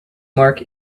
mark